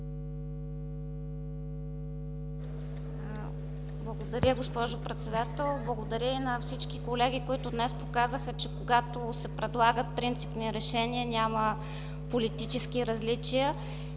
Благодаря, госпожо Председател. Благодаря и на всички колеги, които днес показаха, че когато се предлагат принципни решения, няма политически различия.